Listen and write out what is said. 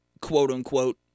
quote-unquote